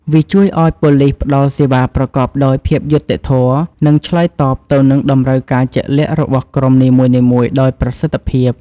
វាជួយឱ្យប៉ូលិសផ្តល់សេវាប្រកបដោយ ភាពយុត្តិធម៌ និងឆ្លើយតបទៅនឹងតម្រូវការជាក់លាក់របស់ក្រុមនីមួយៗដោយប្រសិទ្ធភាព។